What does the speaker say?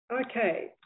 Okay